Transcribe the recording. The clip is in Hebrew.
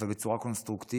אבל בצורה קונסטרוקטיבית,